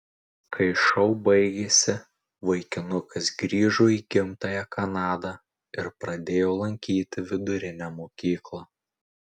kai šou baigėsi vaikinukas grįžo į gimtąją kanadą ir pradėjo lankyti vidurinę mokyklą